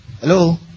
Hello